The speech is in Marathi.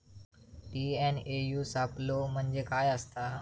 टी.एन.ए.यू सापलो म्हणजे काय असतां?